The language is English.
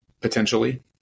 potentially